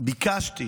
ביקשתי